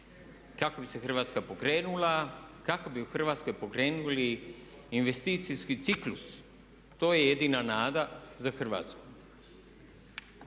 kako bi se Hrvatska pokrenula, kako bi u Hrvatskoj pokrenuli investicijski ciklus. To je jedina nada za Hrvatsku.